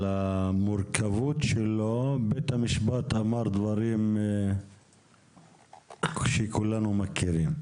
המורכבות שלו בית המשפט אמר דברים שכולנו מכירים.